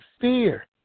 fear